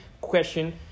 question